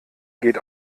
geht